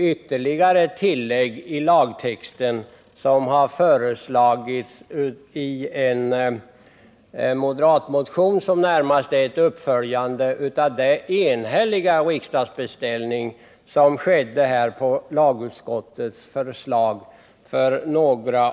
ytterligare tillägg till lagtexten som föreslagits i en moderatmotion, som närmast är en uppföljning av den beställning som en enhällig riksdag för några år sedan gjorde på lagutskottets förslag.